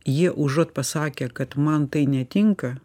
jie užuot pasakę kad man tai netinka